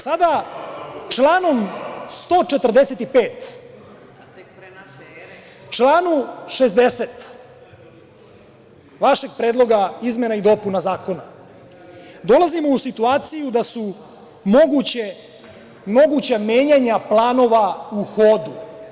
Sada članom 145, članom 60. vašeg predloga izmena i dopuna Zakona, dolazimo u situaciju da su moguća menjanja planova u hodu.